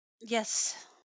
Yes